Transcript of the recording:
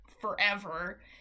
forever